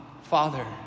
Father